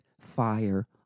fire